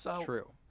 True